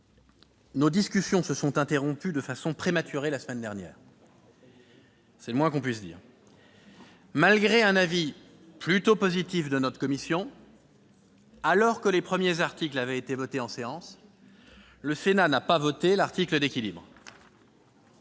nos discussions se sont interrompues de façon prématurée lors de cette première lecture- c'est le moins que l'on puisse dire ! Malgré un avis plutôt positif de notre commission, alors que les premiers articles avaient été adoptés en séance, le Sénat n'a pas voté l'article d'équilibre.